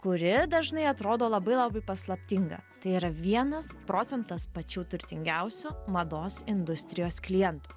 kuri dažnai atrodo labai labai paslaptinga tai yra vienas procentas pačių turtingiausių mados industrijos klientų